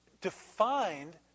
defined